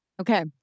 Okay